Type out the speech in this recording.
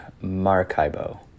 Maracaibo